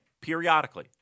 periodically